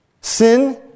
Sin